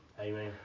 Amen